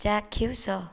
ଚାକ୍ଷୁଷ